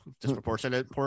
disproportionate